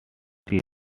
street